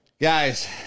Guys